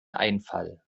einfall